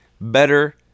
better